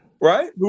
Right